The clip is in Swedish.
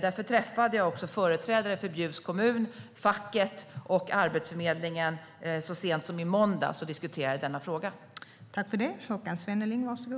Därför träffade jag företrädare för Bjuvs kommun, facket och Arbetsförmedlingen så sent som i måndags för att diskutera denna fråga.